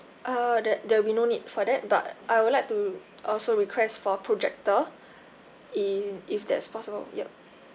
err that there'll be no need for that but I would like to also request for projector in if that's possible yup